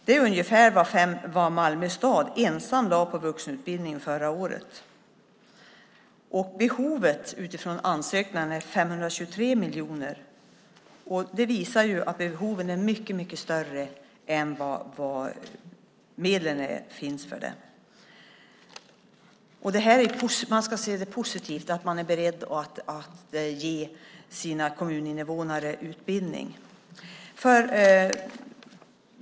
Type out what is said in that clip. Det är ungefär vad Malmö stad ensam lade på vuxenutbildningen förra året. Behovet utifrån ansökningarna är 523 miljoner. Detta visar ju att behoven är mycket större än de medel som finns. Man ska se det positivt att man är beredd att ge sina kommuninvånare utbildning.